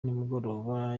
nimugoroba